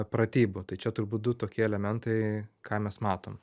pratybų tai čia turbūt du tokie elementai ką mes matom